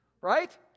right